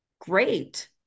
Great